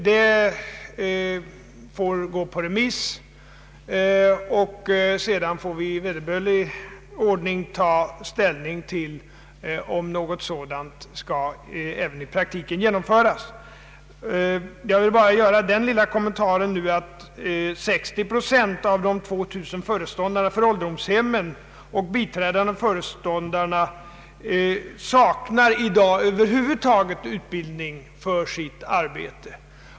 Det få: gå på remiss, och sedan får vi i veder: börlig ordning ta ställning till om något sådant även i praktiken skall ge nomföras. Jag vill bara göra den lilla kommen: taren nu, att 60 procent av de 2000 föreståndarna för ålderdomshem och de biträdande föreståndarna i dag saknar utbildning över huvud taget för sitt arbete.